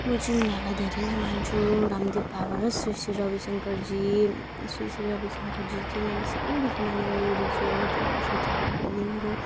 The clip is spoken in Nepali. म चाहिँ उनीहरूलाई धेरै नै मान्छु रामदेव बाबा र श्री श्री रविशङ्करजी श्री श्री रविशङ्करजी चाहिँ मैले सानैदेखि मानेको गुरुजी हो तिन बर्ष चार बर्षदेखिन्को